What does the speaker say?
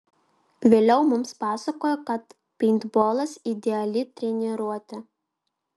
vėliau mums pasakojo kad peintbolas ideali treniruotė